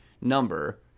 number